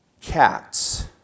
cats